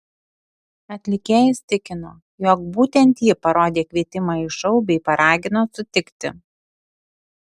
atlikėjas tikino jog būtent ji parodė kvietimą į šou bei paragino sutikti